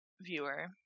viewer